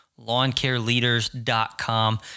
LawnCareLeaders.com